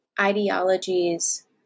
ideologies